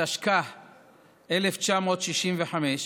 התשכ"ה 1965,